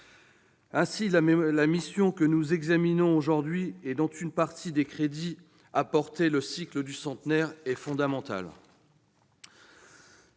sens, la mission que nous examinons aujourd'hui, dont une partie des crédits a porté le cycle du centenaire, est fondamentale.